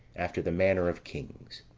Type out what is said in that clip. after the manner of kings.